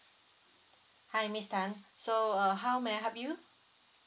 hi miss tan so uh how may I help you